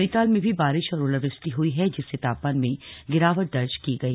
नैनीताल में भी बारिश और ओलावृष्टि हुई है जिससे तापमान में गिरावट दर्ज की गई